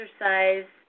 exercise